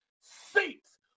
seats